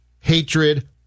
hatred